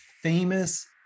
famous